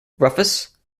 rufus